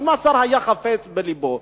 אם השר היה חפץ בלבו,